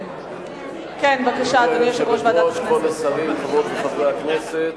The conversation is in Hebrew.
הודעה ליושב-ראש ועדת הכנסת,